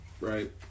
right